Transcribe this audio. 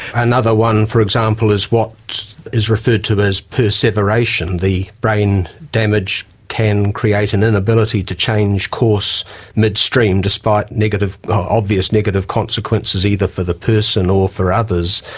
another one, for example, is what is referred to as perseveration the brain damage can create an inability to change course midstream, despite obvious negative consequences either for the person or for others.